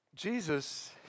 Jesus